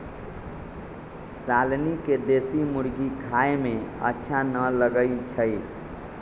शालनी के देशी मुर्गी खाए में अच्छा न लगई छई